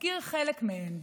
אזכיר חלק מהם.